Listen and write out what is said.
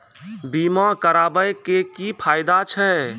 बीमा कराबै के की फायदा छै?